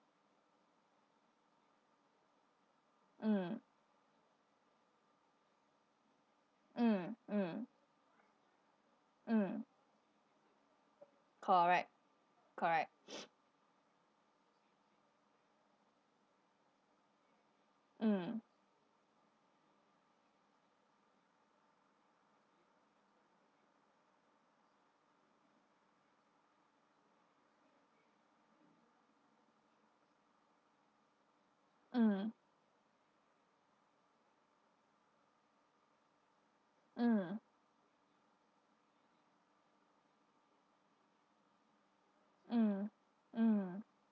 mm mm mm mm correct correct mm mm mm mm mm